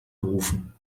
gerufen